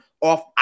off